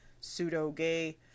pseudo-gay